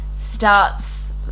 Starts